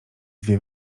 dwie